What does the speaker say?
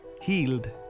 healed